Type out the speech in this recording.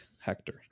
hector